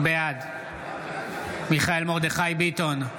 בעד מיכאל מרדכי ביטון,